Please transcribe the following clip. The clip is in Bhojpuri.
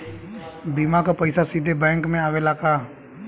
बीमा क पैसा सीधे बैंक में आवेला का?